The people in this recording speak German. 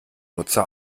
nutzer